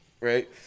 right